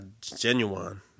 Genuine